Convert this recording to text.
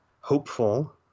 hopeful